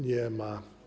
Nie ma.